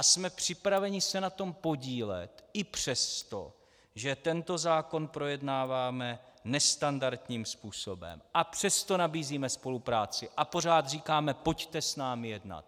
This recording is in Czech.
Jsme připraveni se na tom podílet i přesto, že tento zákon projednáváme nestandardním způsobem, a přesto nabízíme spolupráci a pořád říkáme: pojďte s námi jednat.